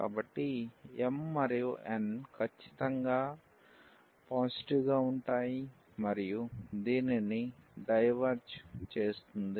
కాబట్టి m మరియు n ఖచ్చితంగా పాజిటివ్ గా ఉంటాయి మరియు దీనిని డైవెర్జ్ చేస్తుంది